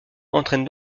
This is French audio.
entraîne